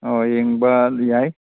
ꯑꯣ ꯌꯦꯡꯕ ꯌꯥꯏ